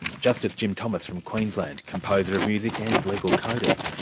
justice jim thomas from queensland, composer of music and legal codas.